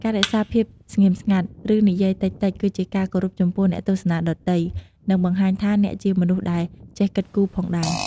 ការរក្សាភាពស្ងៀមស្ងាត់ ឬនិយាយតិចៗ គឺជាការគោរពចំពោះអ្នកទស្សនាដទៃ និងបង្ហាញថាអ្នកជាមនុស្សដែលចេះគិតគូរផងដែរ។